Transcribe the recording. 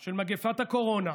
של מגפת הקורונה,